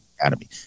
Academy